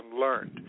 learned